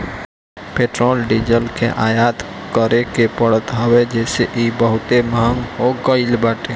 petrol diesel कअ आयात करे के पड़त हवे जेसे इ बहुते महंग हो गईल बाटे